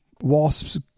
Wasps